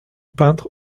peintre